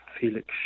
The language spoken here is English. Felix